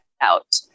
out